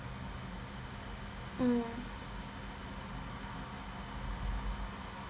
mm